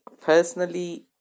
Personally